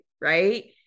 right